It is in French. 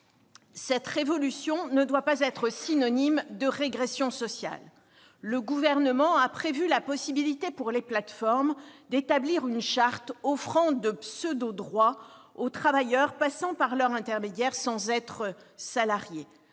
cette révolution ne doit pas être synonyme de régression sociale. Le Gouvernement a prévu la possibilité, pour les plateformes, d'établir une charte offrant de pseudo-droits aux travailleurs passant par leur intermédiaire sans être salariés.